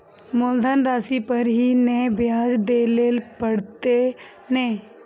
मुलधन राशि पर ही नै ब्याज दै लै परतें ने?